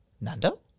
Nando